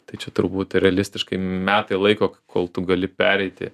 tai čia turbūt realistiškai metai laiko kol tu gali pereiti